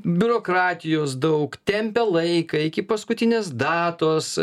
biurokratijos daug tempia laiką iki paskutinės datos